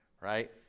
Right